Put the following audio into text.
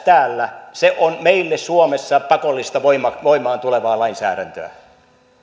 täällä on meille suomessa pakollista voimaan voimaan tulevaa lainsäädäntöä